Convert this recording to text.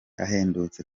ahendutse